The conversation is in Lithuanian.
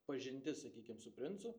pažintis sakykim su princu